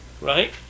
right